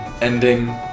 Ending